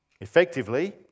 Effectively